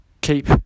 keep